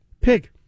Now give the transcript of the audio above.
pig